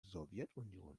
sowjetunion